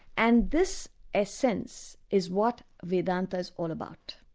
and this essence is what vedanta is all about.